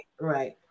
right